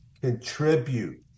contribute